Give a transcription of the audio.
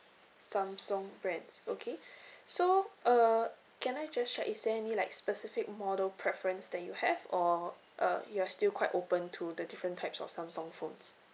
Samsung brands okay so uh can I just check is there any like specific model preference that you have or uh you are still quite open to the different types of Samsung phones